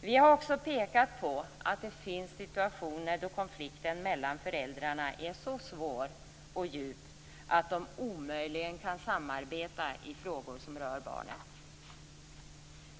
Vi har också pekat på att det finns situationer då konflikten mellan föräldrarna är så svår och djup att de omöjligen kan samarbeta i frågor som rör barnet.